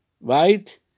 right